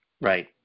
Right